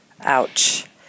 ouch